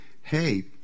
hey